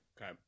Okay